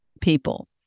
people